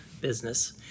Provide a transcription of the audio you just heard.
business